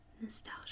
Nostalgia